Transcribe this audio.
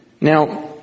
Now